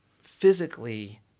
physically